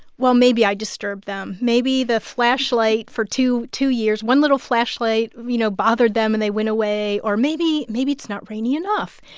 well, maybe i disturbed them. maybe the flashlight for two two years one little flashlight, you know, bothered them and they went away. or maybe maybe it's not rainy enough.